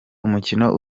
umukino